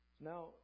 Now